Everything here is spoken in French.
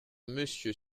monsieur